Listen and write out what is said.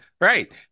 Right